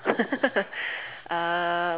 uh